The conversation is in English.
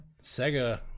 Sega